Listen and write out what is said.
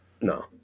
No